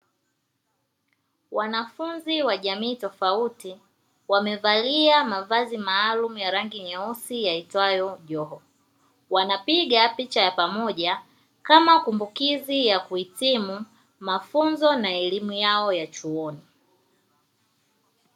Wanafunzi wa jamii tofauti wamevalia mavazi maalumu ya rangi nyeusi yaitwayo joho, wanapiga picha ya pamoja kama kumbukizi ya kuhitimu mafunzo na elimu yao ya chuoni.